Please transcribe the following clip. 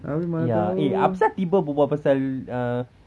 ya eh apasal tiba-tiba berbual pasal err